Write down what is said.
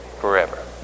forever